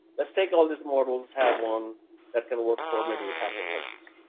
let's take all of these models. have one that can work for maybe half the countries